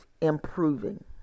improving